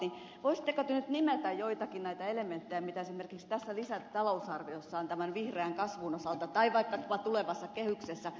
voisitteko te nyt nimetä joitakin näitä elementtejä mitä esimerkiksi tässä lisätalousarviossa on tämän vihreän kasvun osalta tai vaikkapa tulevassa kehyksessä